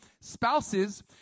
spouses